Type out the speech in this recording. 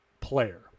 player